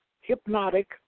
hypnotic